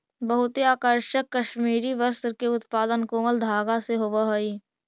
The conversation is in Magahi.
बहुते आकर्षक कश्मीरी वस्त्र के उत्पादन कोमल धागा से होवऽ हइ